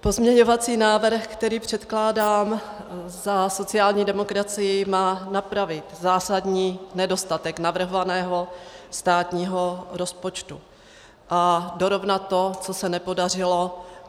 Pozměňovací návrh, který předkládám za sociální demokracii, má napravit zásadní nedostatek navrhovaného státního rozpočtu a dorovnat to, co se nepodařilo v